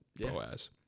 Boaz